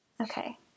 Okay